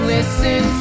Listen